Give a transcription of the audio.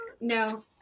no